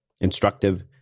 instructive